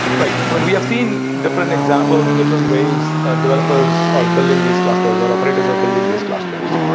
right. um and we have seen different examples, different ways ah developers are building these clusters or operators are building these clusters,